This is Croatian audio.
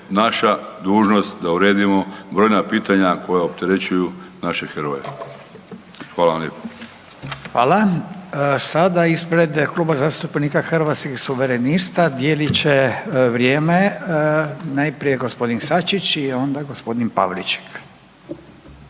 naša dužnost da uredimo brojna pitanja koja opterećuju naše heroje. Hvala vam lijepo. **Radin, Furio (Nezavisni)** A sada ispred Kluba zastupnika Hrvatskih suverenista dijelit će vrijeme najprije g. Sačić i onda g. Pavliček.